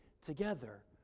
together